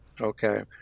okay